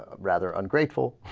ah rather ungrateful